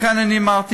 לכן אני אמרתי,